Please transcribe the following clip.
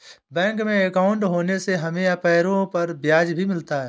bank में अंकाउट होने से हमें अपने पैसे पर ब्याज भी मिलता है